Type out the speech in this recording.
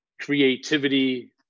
creativity